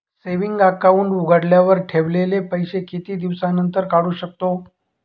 Saving account उघडल्यावर ठेवलेले पैसे किती दिवसानंतर काढू शकतो?